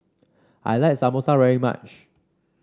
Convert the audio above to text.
I like Samosa very much